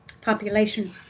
population